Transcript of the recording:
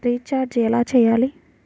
Recharge ఎలా చెయ్యాలి?